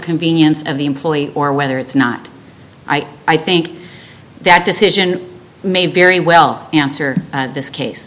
convenience of the employee or whether it's not i i think that decision may very well answer this case